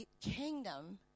kingdom